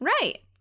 Right